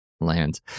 Lands